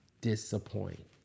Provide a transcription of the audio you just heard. disappoint